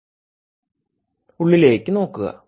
ഉള്ളിലേക്ക് നോക്കുക